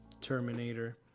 Terminator